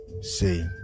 See